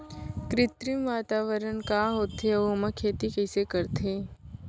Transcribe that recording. कृत्रिम वातावरण का होथे, अऊ ओमा खेती कइसे करथे?